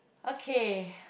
okay